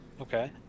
okay